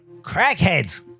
crackheads